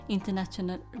International